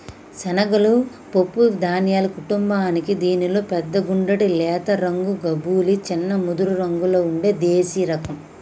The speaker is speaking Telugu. శనగలు పప్పు ధాన్యాల కుటుంబానికీ దీనిలో పెద్ద గుండ్రటి లేత రంగు కబూలి, చిన్న ముదురురంగులో ఉండే దేశిరకం